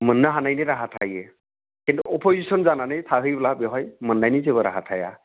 मोननो हानायनि राहा थायो किन्तु अपजिसन जानानै थाहैब्ला बेवहाय मोननायनि जेबो राहा थाया